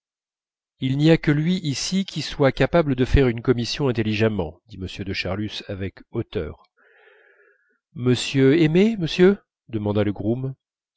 il n'y a que lui ici qui soit capable de faire une commission intelligemment dit m de charlus avec hauteur monsieur aimé monsieur demanda le groom